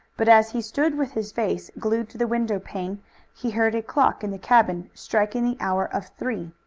but as he stood with his face glued to the window-pane he heard a clock in the cabin striking the hour of three.